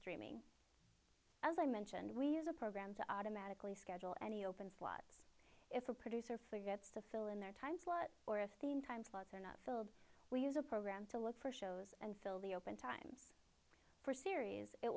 streaming as i mentioned we use a program to automatically schedule any open slots if a producer forgets to fill in their time slot or if the in time slots are not filled we use a program to look for shows and fill the open times for series it